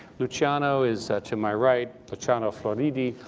luciano is to my right, luciano floridi,